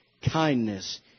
Kindness